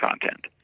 content